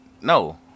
no